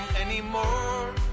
anymore